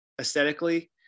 aesthetically